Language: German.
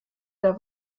der